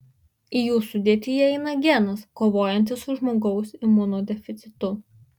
į jų sudėtį įeina genas kovojantis su žmogaus imunodeficitu